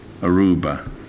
Aruba